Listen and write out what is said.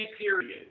period